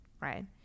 right